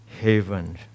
haven